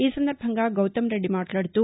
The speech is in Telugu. ఈ సందర్బంగా గౌతమ్ రెడ్డి మాట్లాడుతూ